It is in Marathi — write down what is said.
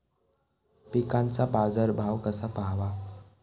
पिकांचा बाजार भाव कसा पहावा?